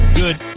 good